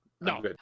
No